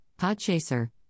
Podchaser